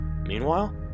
Meanwhile